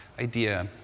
idea